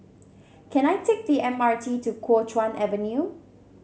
can I take the M R T to Kuo Chuan Avenue